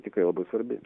tikrai labai svarbi